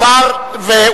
נתקבלה.